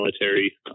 military